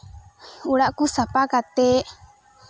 ᱚᱲᱟᱜ ᱠᱚ ᱥᱟᱯᱷᱟ ᱠᱟᱛᱮᱫ